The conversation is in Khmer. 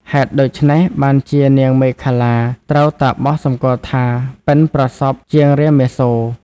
ហេតុដូច្នេះបានជានាងមេខលាត្រូវតាបសសំគាល់ថា ប៉ិនប្រសប់ជាងរាមាសូរ។